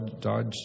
Dodge